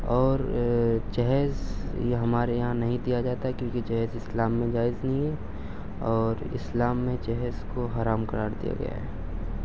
اور جہیز یہ ہمارے یہاں نہیں دیا جاتا ہے کیونکہ جہیز اسلام جائز نہیں ہے اور اسلام میں جہیز کو حرام قرار دیا گیا ہے